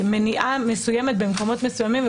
במניעה מסוימת במקומות מסוימים.